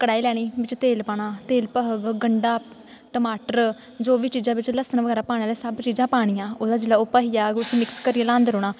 कढ़ाई लैनी बिच्च तेल पाना तेल पक्खग बिच्च गंड़ा टमाटर जो बी चीजां बिच्च लसन बगैरा पाने आह्ले सब चीजां पानियां ओह् जिसलै पक्खिया उस्सी मिक्स करियै ल्हांदै रौह्ना